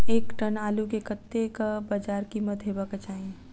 एक टन आलु केँ कतेक बजार कीमत हेबाक चाहि?